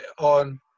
on